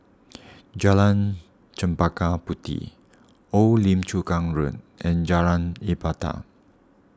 Jalan Chempaka Puteh Old Lim Chu Kang Road and Jalan Ibadat